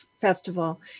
Festival